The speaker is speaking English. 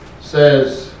says